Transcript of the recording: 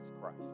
Christ